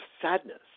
sadness